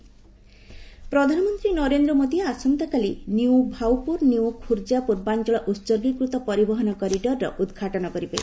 PM freight corridor ପ୍ରଧାନମନ୍ତ୍ରୀ ନରେନ୍ଦ୍ର ମୋଦି ଆସନ୍ତାକାଲି new Bhaupur new Khurja ପୂର୍ବାଞ୍ଚଳ ଉତ୍ଗୀକୃତ ପରିବହନ କରିଡର୍ର ଉଦ୍ଘାଟନ କରିବେ